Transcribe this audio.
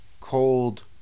cold